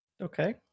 Okay